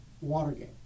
Watergate